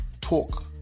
talk